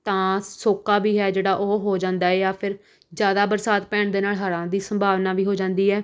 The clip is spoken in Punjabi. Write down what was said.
ਤਾਂ ਸੋਕਾ ਵੀ ਹੈ ਜਿਹੜਾ ਉਹ ਹੋ ਜਾਂਦਾ ਹੈ ਜਾਂ ਫਿਰ ਜ਼ਿਆਦਾ ਬਰਸਾਤ ਪੈਣ ਦੇ ਨਾਲ਼ ਹੜ੍ਹਾਂ ਦੀ ਸੰਭਵਨਾ ਵੀ ਹੋ ਜਾਂਦੀ ਹੈ